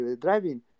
driving